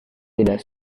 tidak